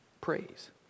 praise